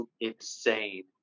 insane